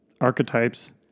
archetypes